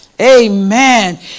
Amen